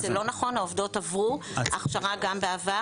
זה לא נכון העובדות עברו הכשרה גם בעבר,